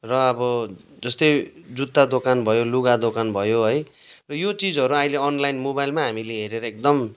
र अब जस्तै जुत्ता दोकान भयो लुगा दोकान भयो है र यो चिजहरू अहिले अनलाइन मोबाइलमा हामीले हेरेर एकदम